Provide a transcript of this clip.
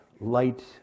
Light